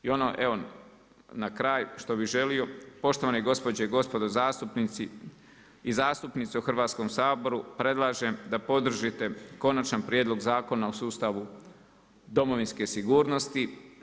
I ono evo na kraj što bih želio, poštovane gospođe i gospodo zastupnice i zastupnici u Hrvatskom saboru predlažem da podržite Konačan prijedlog Zakona o sustavu domovinske sigurnosti.